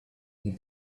mon